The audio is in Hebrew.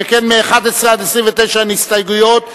שכן מ-11 עד 29 אין הסתייגות,